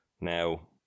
now